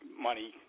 money